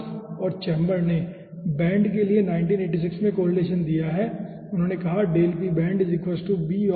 Marcus और Chamber ने band के लिए 1986 में कोरिलेसन दिया है उन्होंने कहा 2 ठीक है